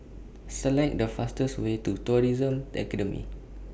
Select The fastest Way to Tourism Academy